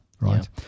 right